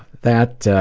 that.